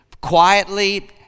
quietly